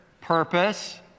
purpose